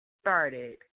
started